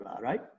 Right